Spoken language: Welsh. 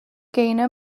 gaynor